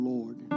Lord